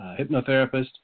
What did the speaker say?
hypnotherapist